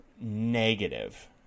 negative